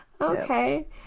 Okay